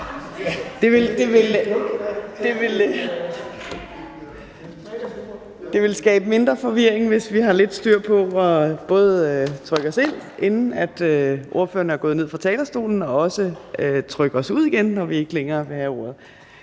Det vil skabe mindre forvirring, hvis vi har lidt styr på både at trykke os ind, inden ordføreren er gået ned fra talerstolen, og også trykke os ud igen, når vi ikke længere vil have ordet.